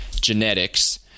genetics